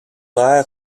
aire